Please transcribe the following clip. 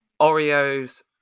Oreos